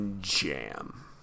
jam